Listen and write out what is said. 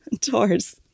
tours